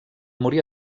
morir